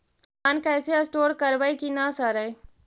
धान कैसे स्टोर करवई कि न सड़ै?